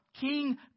King